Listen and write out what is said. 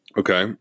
okay